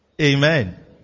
Amen